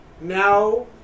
now